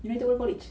United World College